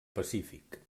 pacífic